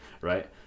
right